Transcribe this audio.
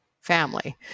family